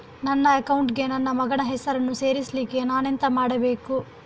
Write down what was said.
ನನ್ನ ಅಕೌಂಟ್ ಗೆ ನನ್ನ ಮಗನ ಹೆಸರನ್ನು ಸೇರಿಸ್ಲಿಕ್ಕೆ ನಾನೆಂತ ಮಾಡಬೇಕು?